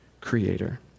creator